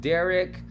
Derek